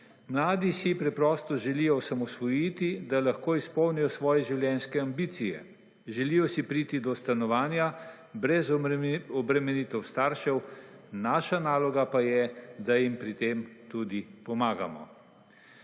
Mladi si preprosto želijo osamosvojiti, da lahko izpolnijo svoje življenjske ambicije, želijo so priti do stanovanja brez obremenitev staršev naša naloga pa je, da jim pri tem tudi pomagamo.